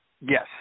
Yes